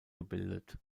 gebildet